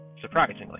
surprisingly